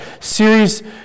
series